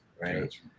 right